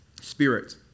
spirit